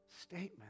statement